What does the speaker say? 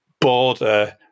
Border